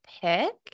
pick